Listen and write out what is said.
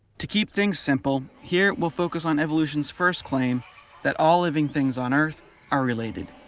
to keep things simple, here we'll focus on evolution's first claim that all living things on earth are related.